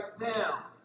now